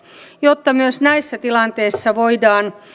jotta myös näissä tilanteissa voidaan